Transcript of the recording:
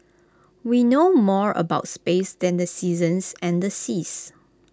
we know more about space than the seasons and the seas